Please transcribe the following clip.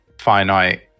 finite